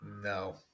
No